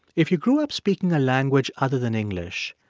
if you grew up speaking a language other than english,